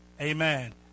Amen